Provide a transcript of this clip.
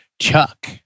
Chuck